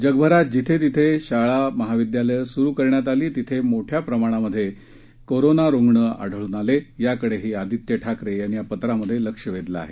जगभरात जिथं जिथं शाळा महाविद्यालयं सुरू करण्यात आली तिथे मोठ्या प्रमाणात कोरोना रुग्ण आढळून आले याकडेही आदित्य ठाकरे यांनी या पत्रात लक्ष वेधलं आहे